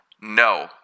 No